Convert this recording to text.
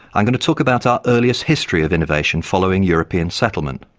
i'm going to talk about our earliest history of innovation following european settlement.